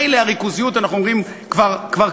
מילא הריכוזיות, אנחנו אומרים שהיא כבר קיימת.